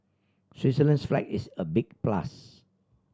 Switzerland's flag is a big plus